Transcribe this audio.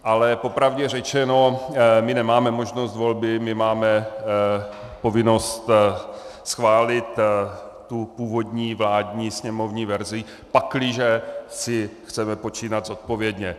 Ale popravdě řečeno my nemáme možnost volby, my máme povinnost schválit původní vládní sněmovní verzi, pakliže si chceme počínat zodpovědně.